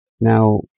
Now